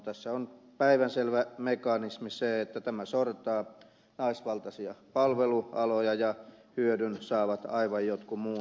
tässä on päivänselvä mekanismi se että tämä sortaa naisvaltaisia palvelualoja ja hyödyn saavat aivan jotkut muut